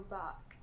back